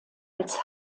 als